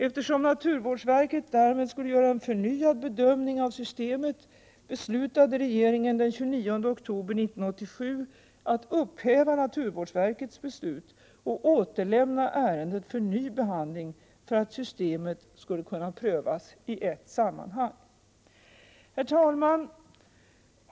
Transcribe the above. Eftersom naturvårdsverket därmed skulle göra en förnyad bedömning av systemet, beslutade regeringen den 29 oktober 1987 att upphäva naturvårdsverkets beslut och överlämna ärendet för ny behandling för att systemet skulle kunna prövas i ett sammanhang. Herr talman!